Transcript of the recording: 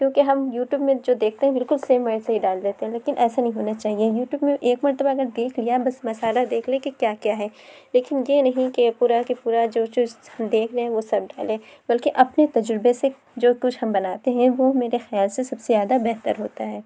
کیونکہ ہم یوٹیوب میں جو دیکھتے ہیں بالکل سیم ویسے ہی ڈال دیتے ہیں لیکن ایسا نہیں ہونا چاہیے یوٹیوب میں ایک مرتبہ اگر دیکھ لیا بس مسالہ دیکھ لیں کہ کیا کیا ہے لیکن یہ نہیں کہ پورا کہ پورا جو جو دیکھ رہے ہیں وہ سب ڈالیں بلکہ اپنے تجربے سے جو کچھ ہم بناتے ہیں وہ میرے خیال سے سب سے زیادہ بہتر ہوتا ہے